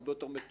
הרבה יותר מתוקן